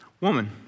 Woman